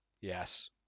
Yes